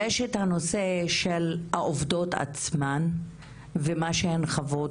יש את הנושא של העובדות עצמן ואת מה שהן חוות